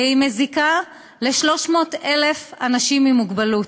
והיא מזיקה ל-300,000 אנשים עם מוגבלות,